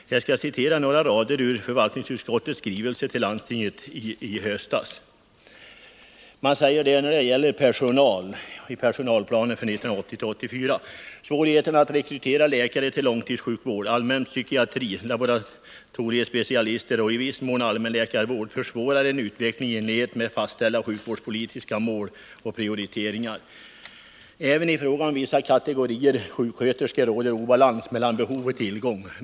Jag skall citera några rader ur förvaltningsutskottets skrivelse till landstinget i höstas. Man säger där när det gäller personalplan för 1980-1984: ”Svårigheterna att rekrytera läkare till långtidssjukvård, allmän psykiatri, laboratoriespecialiteter och, i viss mån, allmänläkarvård försvårar en utveckling i enlighet med fastställda sjukvårdspolitiska mål och prioriteringar. Även i fråga om vissa kategorier sjuksköterskor råder obalans mellan behov och tillgång.